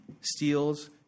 steals